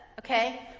Okay